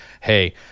hey